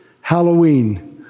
Halloween